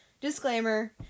disclaimer